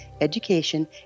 education